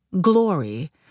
glory